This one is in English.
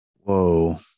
Whoa